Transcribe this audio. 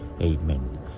Amen